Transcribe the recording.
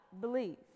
believe